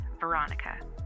Veronica